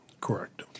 Correct